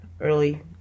early